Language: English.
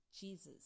Jesus